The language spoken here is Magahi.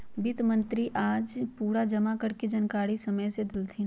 वित्त मंत्री आज पूरा जमा कर के जानकारी संसद मे देलथिन